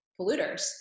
polluters